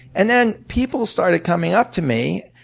and then people started coming up to me,